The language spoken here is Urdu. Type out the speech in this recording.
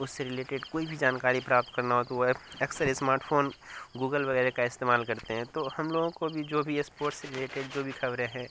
اس سے رلیٹیڈ کوئی بھی جانکاری پراپت کرنا ہو تو اکثر اسمارٹ فون گوگل وغیرہ کا استعمال کرتے ہیں تو ہم لوگوں کو جو بھی اسپورٹ سے رلیٹیڈ جو بھی خبریں ہیں